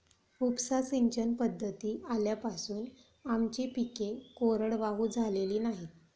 उपसा सिंचन पद्धती आल्यापासून आमची पिके कोरडवाहू झालेली नाहीत